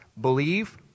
Believe